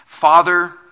Father